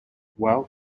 while